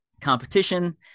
competition